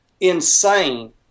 insane